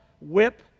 whip